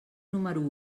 número